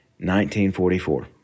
1944